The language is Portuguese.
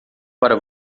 para